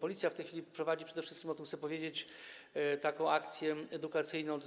Policja w tej chwili prowadzi, przede wszystkim o tym chcę powiedzieć, taką akcję edukacyjną